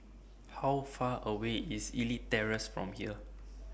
How Far away IS Elite Terrace from here